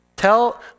Tell